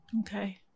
okay